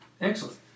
excellent